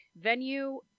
venue